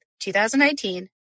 2019